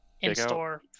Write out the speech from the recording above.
in-store